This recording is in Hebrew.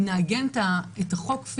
אם נעגן את הצעת החוק,